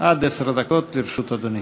עד עשר דקות לרשות אדוני.